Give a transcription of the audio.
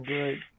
Great